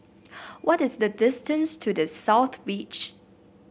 what is the distance to The South Beach